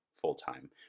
full-time